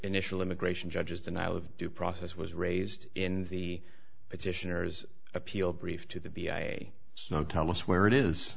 initial immigration judges denial of due process was raised in the petitioners appeal brief to the b s a so tell us where it is